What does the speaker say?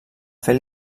fer